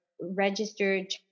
registered